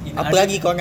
in othe~